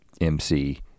MC